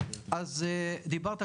דיברת,